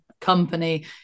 company